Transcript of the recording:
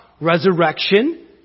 resurrection